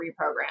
reprogram